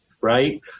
right